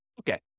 Okay